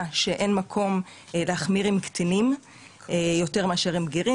שאין מקום להחמיר עם קטינים יותר מאשר עם בגירים.